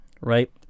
right